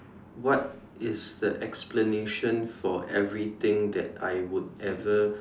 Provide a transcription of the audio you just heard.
what is the explanation for everything that I would ever